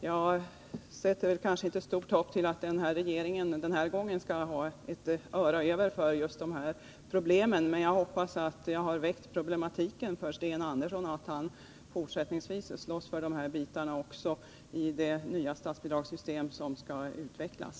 Jag sätter inte så stort hopp till att den här regeringen skall ha ett öra över för att lyssna på just de här problemen, men kanske jag ändå genom att peka på dem kan få Sten Andersson att slåss för också de här bitarna i det nya statsbidragssystem som skall utvecklas.